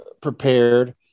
prepared